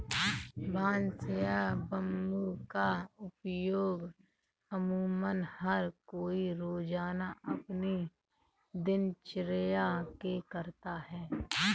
बांस या बम्बू का उपयोग अमुमन हर कोई रोज़ाना अपनी दिनचर्या मे करता है